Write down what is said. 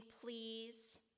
please